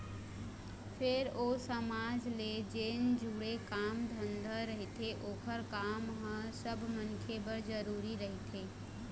फेर ओ समाज ले जेन जुड़े काम धंधा रहिथे ओखर काम ह सब मनखे बर जरुरी रहिथे